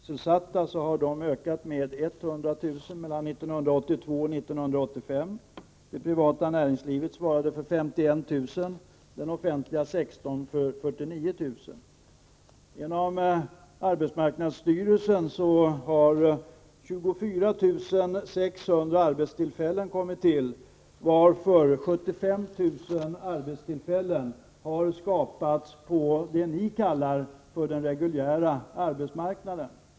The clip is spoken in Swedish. Fru talman! Antalet sysselsatta har ökat med 100 000 mellan 1982 och 1985. Därav svarade det privata näringslivet för 51 000 och den offentliga sektorn för 49 000. Inom arbetsmarknadsstyrelsen har 24 600 arbetstillfällen kommit till, varför 75 000 arbetstillfällen har skapats på det som ni kallar den reguljära arbetsmarknaden.